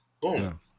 boom